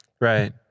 Right